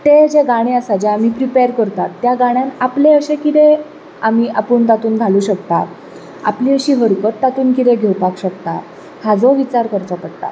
तें जें गाणें आसा जें आमी प्रिपेर करतात त्या गाण्यांत आपलें अशें कितें आमी आपूण तातूंत घालूंक शकतात आपली अशी हरकत तातूंत कितें घेवपाक शकतात हाचो विचार करचो पडटा